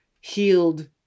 healed